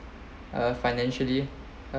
uh financially uh